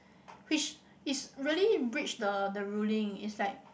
which is really breach the the ruling it's like